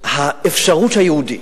זאת האפשרות שהיהודי